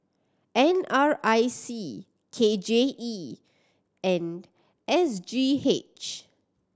N R I C K J E and S G H